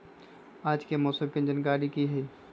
आज के मौसम के जानकारी कि हई?